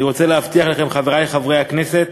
אני רוצה להבטיח לכם, חברי חברי הכנסת,